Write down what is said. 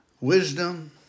wisdom